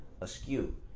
askew